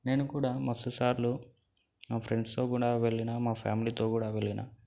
నేను కూడా మస్తు సార్లు మా ఫ్రెండ్స్తో కూడా వెళ్ళిన మా ఫ్యామిలీతో కూడా వెళ్ళిన